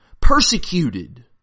persecuted